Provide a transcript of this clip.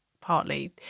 partly